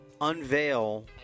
unveil